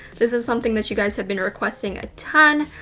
this is something that you guys have been requesting a ton.